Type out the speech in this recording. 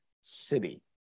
city